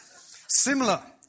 Similar